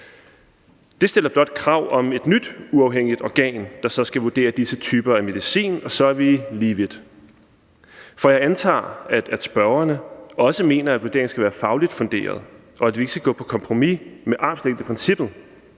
Det stiller blot krav om et nyt uafhængigt organ, der så skal vurdere disse typer af medicin. Og så er vi lige vidt. For jeg antager, at forespørgerne også mener, at vurderingen skal være fagligt funderet, og at vi ikke skal gå på kompromis med armslængdeprincippet,